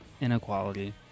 inequality